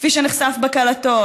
כפי שנחשף בקלטות.